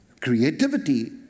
Creativity